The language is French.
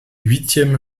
huitième